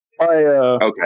Okay